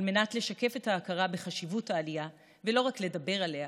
על מנת לשקף את ההכרה בחשיבות העלייה ולא רק לדבר עליה